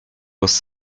was